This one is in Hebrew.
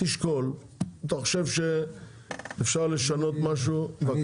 תשקול אם אתה חושב שאפשר לשנות משהו בבקשה,